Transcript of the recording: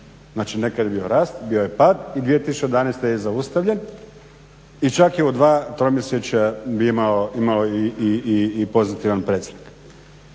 Znači nekad je bio rast, bio je pad i 2011. je zaustavljen i čak je u dva tromjesečja imao i pozitivan predznak.